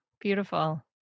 Beautiful